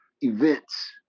events